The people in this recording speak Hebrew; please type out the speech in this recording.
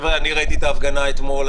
ראיתי את ההפגנה אתמול.